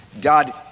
God